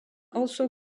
also